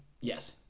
Yes